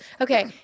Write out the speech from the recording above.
Okay